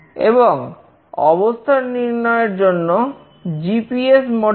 এবং অবস্থান নির্ণয়ের জন্য জিপিএস মডিউল